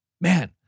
Man